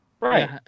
Right